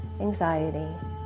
anxiety